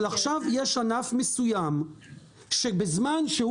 אבל עכשיו יש ענף מסוים שבזמן שהוא